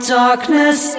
darkness